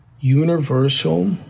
universal